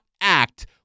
act